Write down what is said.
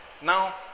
Now